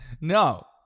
No